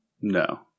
No